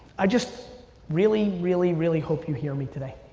i just really, really, really hope you hear me today,